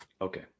Okay